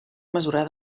mesurar